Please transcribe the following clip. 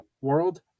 World